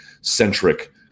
centric